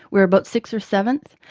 we are about sixth or seventh,